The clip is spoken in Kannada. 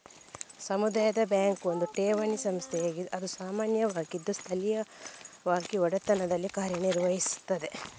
ಸಮುದಾಯ ಬ್ಯಾಂಕ್ ಒಂದು ಠೇವಣಿ ಸಂಸ್ಥೆಯಾಗಿದ್ದು ಅದು ಸಾಮಾನ್ಯವಾಗಿ ಸ್ಥಳೀಯವಾಗಿ ಒಡೆತನದಲ್ಲಿ ಕಾರ್ಯ ನಿರ್ವಹಿಸುತ್ತದೆ